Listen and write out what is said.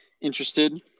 interested